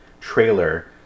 trailer